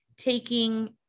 taking